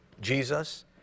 Jesus